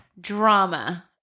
Drama